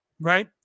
Right